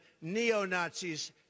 neo-Nazis